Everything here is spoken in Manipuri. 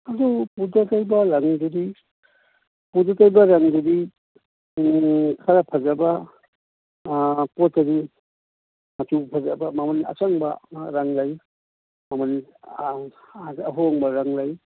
ꯑꯗꯨ ꯑꯗꯨ ꯇꯩꯕ ꯔꯪꯗꯨꯗꯤ ꯈꯔ ꯐꯖꯕ ꯄꯣꯠꯇꯗꯤ ꯃꯆꯨ ꯐꯖꯕ ꯃꯃꯟ ꯑꯆꯪꯕ ꯔꯪ ꯂꯩ ꯃꯃꯟ ꯑꯍꯣꯡꯕ ꯔꯪ ꯂꯩ